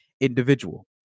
individual